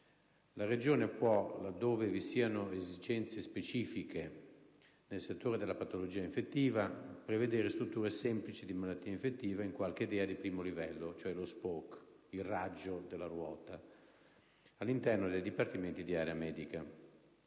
La Regione può, laddove vi siano esigenze specifiche nel settore della patologia infettiva, prevedere strutture semplici di malattie infettive in qualche DEA di primo livello (*Spoke*) all'interno dei dipartimenti di area medica.